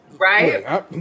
Right